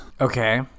Okay